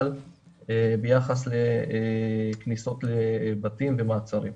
ההגנה לישראל ביחס לכניסות לבתים ומעצרים.